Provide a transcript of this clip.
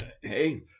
Hey